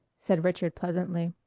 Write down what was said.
said richard pleasantly.